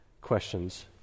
questions